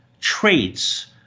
traits